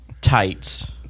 tights